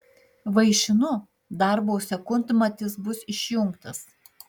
vaišinu darbo sekundmatis bus išjungtas